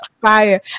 fire